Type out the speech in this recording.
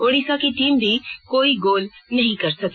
ओड़िसा की टीम भी कोई गोल नहीं कर सकी